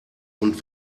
und